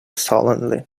sullenly